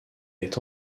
est